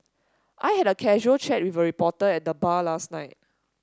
I had a casual chat with reporter at the bar last night